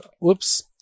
Whoops